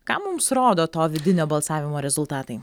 ką mums rodo to vidinio balsavimo rezultatai